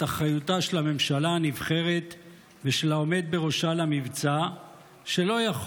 אחריותה של הממשלה הנבחרת ושל העומד בראשה למבצע שלא יכול